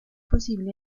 posible